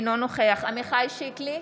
אינו נוכח עמיחי שיקלי,